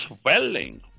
swelling